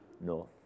north